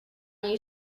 you